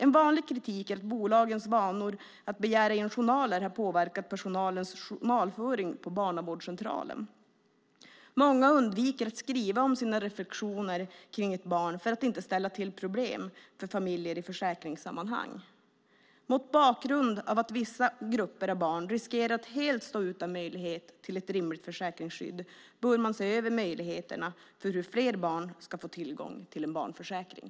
En vanlig kritik är att bolagens vanor att begära in journaler har påverkat personalens journalföring på barnavårdscentralerna. Många undviker att skriva om sina reflexioner kring ett barn för att inte ställa till problem för familjerna i försäkringssammanhang, Mot bakgrund av att vissa grupper av barn riskerar att helt stå utan möjlighet till ett rimligt försäkringsskydd bör man se över möjligheterna för hur fler barn ska få tillgång till en barnförsäkring.